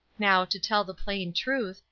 now, to tell the plain truth,